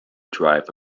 drive